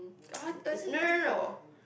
or is it fifty four